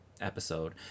episode